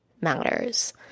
matters